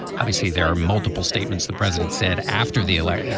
obviously, there are multiple statements the president said after the alert. yeah